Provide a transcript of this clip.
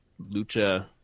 lucha